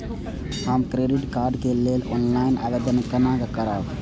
हम credit card के लेल ऑनलाइन आवेदन केना करब?